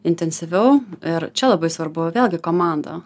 intensyviau ir čia labai svarbu vėlgi komanda